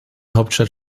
hauptstadt